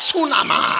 Sunama